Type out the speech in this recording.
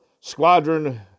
squadron